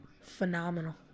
Phenomenal